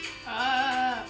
ah